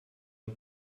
are